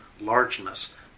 largeness